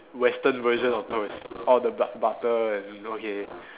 Western version of toast all the but~ butter and you know okay